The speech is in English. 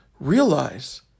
Realize